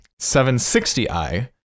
760i